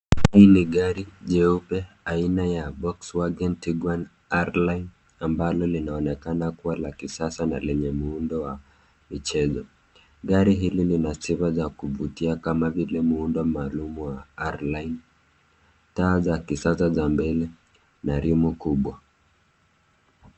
Hii ni gari jeupe aina ya Volkswagon Tiguan R-line ambalo linaonekana kuwa la kisasa na lenye muundo wa michezo. Gari hili lina siro za kuvutia kama vile muundo maarufu wa r line , taa za kisasa za mbele, na rimu kubwa.